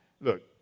Look